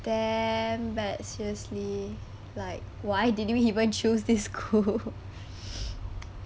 damn but seriously like why didn't w~ even choose this school